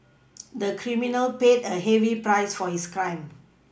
the criminal paid a heavy price for his crime